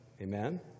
Amen